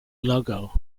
logo